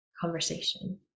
conversation